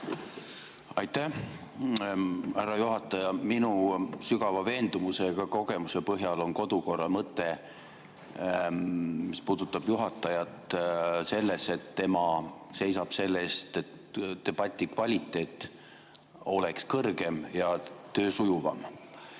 Aitäh, härra juhataja! Minu sügava veendumuse ja kogemuse põhjal on kodukorra mõte, mis puudutab juhatajat, selles, et tema seisab selle eest, et debati kvaliteet oleks kõrgem ja töö sujuvam